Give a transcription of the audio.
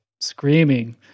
screaming